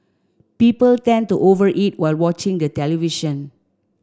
people tend to over eat while watching the television